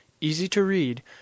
easy-to-read